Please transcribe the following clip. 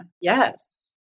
Yes